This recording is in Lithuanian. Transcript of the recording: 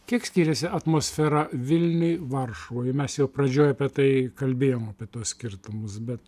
kiek skiriasi atmosfera vilniuj varšuvoj mes jau pradžioj apie tai kalbėjom apie tuos skirtumus bet